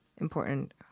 Important